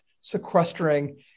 sequestering